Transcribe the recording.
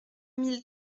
mille